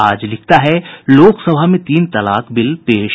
आज लिखता है लोकसभा में तीन तलाक बिल पेश